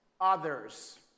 others